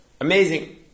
amazing